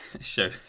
show